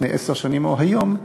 לפני עשר שנים או היום,